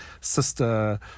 sister